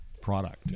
product